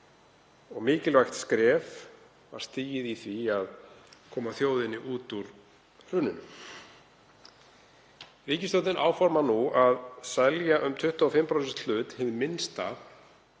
og mikilvægt skref var stigið í því að koma þjóðinni út úr hruninu. Ríkisstjórnin áformar nú að selja um 25% hlut hið minnsta